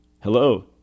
hello